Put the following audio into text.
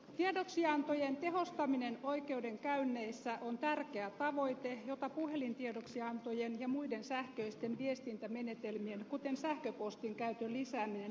tiedoksiantojen tehostaminen oikeudenkäynneissä on tärkeä tavoite jota puhelintiedoksiantojen ja muiden sähköisten viestintämenetelmien kuten sähköpostin käytön lisääminen hyvin palvelee